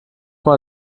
mal